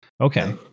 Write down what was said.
okay